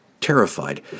terrified